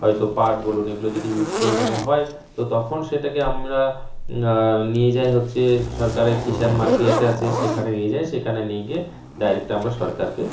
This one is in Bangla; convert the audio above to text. হয়তো পাট বলুন এগুলো যদি হিউজ পরিমাণে হয় তো তখন সেটাকে আমরা নিয়ে যাই হচ্ছে সরকারের কিষাণ মার্কেট আছে সেখানে নিয়ে যাই সেখানে নিয়ে গিয়ে ডাইরেক্ট আমরা সরকারকে